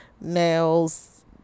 nails